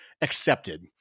accepted